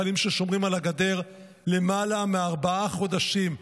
חיילים ששומרים על הגדר למעלה מארבעה חודשים,